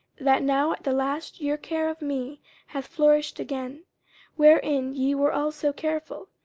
that now at the last your care of me hath flourished again wherein ye were also careful,